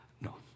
no